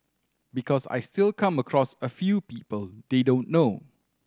because I still come across a few people they don't know